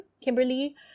Kimberly